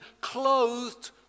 clothed